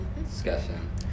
discussion